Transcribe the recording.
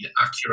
accurate